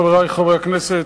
חברי חברי הכנסת,